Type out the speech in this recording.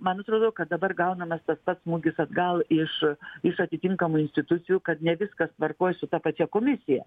man atrodo kad dabar gaunamas tas pats smūgis atgal iš iš atitinkamų institucijų kad ne viskas tvarkoj su ta pačia komisija